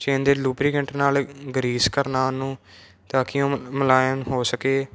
chain ਦੇ lubricant ਨਾਲ grease ਕਰਨਾ ਉਹਨੂੰ ਤਾਂ ਕਿ ਮੁਲਾਇਮ ਹੋ ਸਕੇ